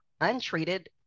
untreated